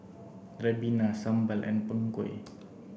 Ribena Sambal and Png Kueh